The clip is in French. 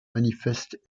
manifeste